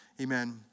amen